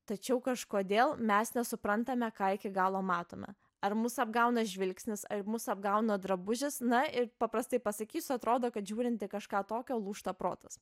tačiau kažkodėl mes nesuprantame ką iki galo matome ar mus apgauna žvilgsnis ar mus apgauna drabužis na ir paprastai pasakysiu atrodo kad žiūrint į kažką tokio lūžta protas